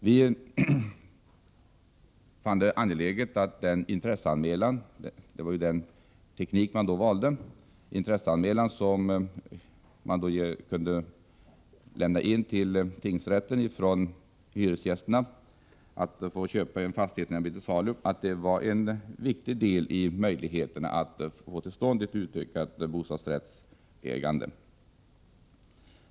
Vi fann att den intresseanmälan — vilket var den teknik man valde — som hyresgästerna kunde lämna in till tingsrätten om att få köpa en fastighet när den var till salu var en viktig del när det gällde att få till stånd ett utökat bostadsrättsägande.